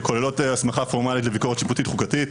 כוללות הסמכה פורמלית לביקורת שיפוטית חוקתית,